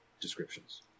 descriptions